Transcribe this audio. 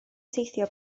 teithio